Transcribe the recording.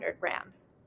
grams